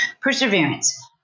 perseverance